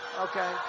Okay